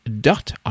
dot